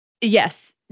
yes